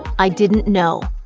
i didn't know.